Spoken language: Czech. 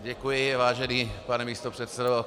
Děkuji, vážený pane místopředsedo.